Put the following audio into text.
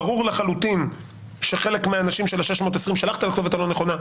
ברור לחלוטין שחלק מהאנשים של אותם 620,000 שלחת לכתובת הלא נכונה,